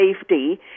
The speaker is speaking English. safety